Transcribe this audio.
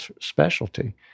specialty